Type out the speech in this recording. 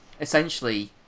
essentially